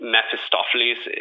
Mephistopheles